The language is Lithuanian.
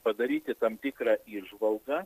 padaryti tam tikrą įžvalgą